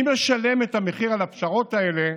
מי משלם את המחיר על הפשרות האלה?